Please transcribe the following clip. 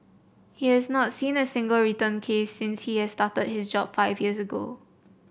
he has not seen a single return case since he started his job five years ago